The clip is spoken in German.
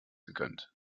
gegönnt